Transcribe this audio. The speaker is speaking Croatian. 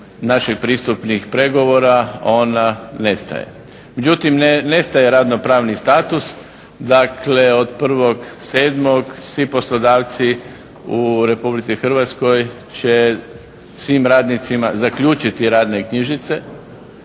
naših pristupnih pregovora ona nestaje. Međutim ne nestaje radno-pravni status, dakle od 1.7. svi poslodavci u Republici Hrvatskoj će svim radnicima zaključiti radne knjižice,